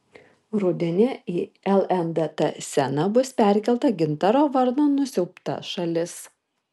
rudenį į lndt sceną bus perkelta gintaro varno nusiaubta šalis